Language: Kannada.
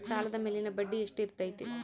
ಸಾಲದ ಮೇಲಿನ ಬಡ್ಡಿ ಎಷ್ಟು ಇರ್ತೈತೆ?